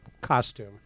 costume